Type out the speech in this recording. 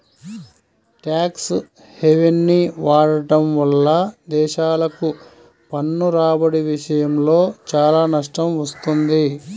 tax హెవెన్ని వాడటం వల్ల దేశాలకు పన్ను రాబడి విషయంలో చాలా నష్టం వస్తుంది